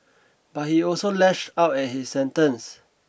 but he also lashed out at his sentence